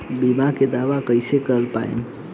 बीमा के दावा कईसे कर पाएम?